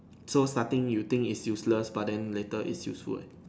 so starting you think it useless but then later it's useful eh